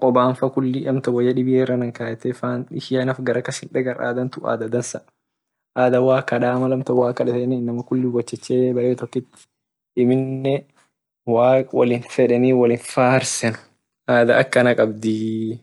koban faa kulli woya dibi iranna kayete ak naf ishia garakas hindagar inama wot chechee amine waq wolin fedeni wolin farsen ada akana kabdii.